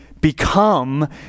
become